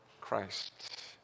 Christ